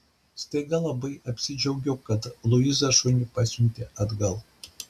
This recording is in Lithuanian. staiga labai apsidžiaugiau kad luiza šunį pasiuntė atgal